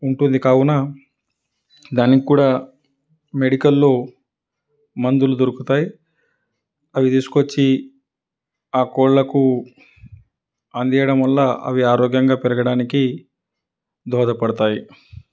ఉంటుంది కావున దానికి కూడా మెడికల్లో మందులు దొరుకుతాయి అవి తీసుక వచ్చి ఆ కోళ్ళకు అందివ్వడం వల్ల అవి ఆరోగ్యంగా పెరగడానికి దోహద పడతాయి